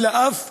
אלא אף צומצם.